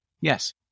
Yes